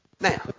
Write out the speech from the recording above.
Now